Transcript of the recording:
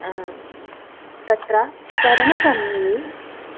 तत्र तरणसमये